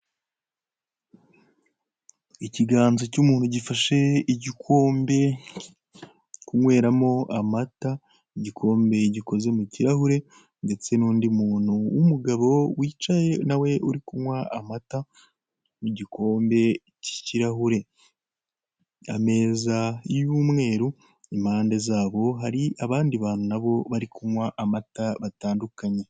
Ikiganza cy'umuntu gifashe igikombe, kunyweramo amata, igikombe gikoze mu kirahure ndetse n'undi muntu w'umugabo wicaye nawe uri kunywa amata mu gikombe cy'ikirahuri, ameza y'umweru impande zabo hari abandi bantu nabo bari kunywa amata batandukanye.